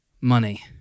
Money